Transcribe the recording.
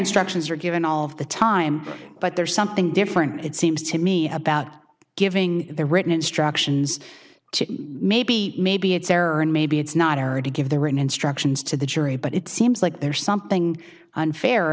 instructions are given all of the time but there's something different it seems to me about giving the written instructions maybe maybe it's there and maybe it's not hard to give the written instructions to the jury but it seems like there's something unfair